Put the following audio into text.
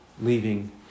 leaving